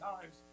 times